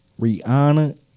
Rihanna